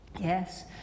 Yes